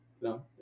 No